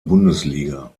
bundesliga